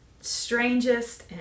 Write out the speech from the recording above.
strangest